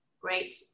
great